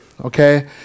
okay